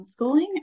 homeschooling